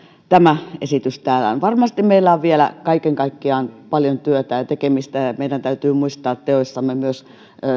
tämä esitys täällä on varmasti meillä on vielä kaiken kaikkiaan paljon työtä ja tekemistä ja ja meidän täytyy muistaa teoissamme myös